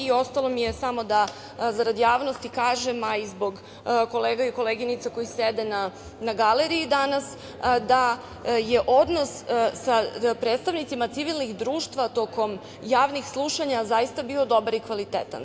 Ostalo mi je samo da zarad javnosti kažem, a i zbog kolega i koleginica koji sede na galeriji danas da je odnos sa predstavnicima civilnih društava, tokom javnih slušanja, zaista bio dobar i kvalitetan.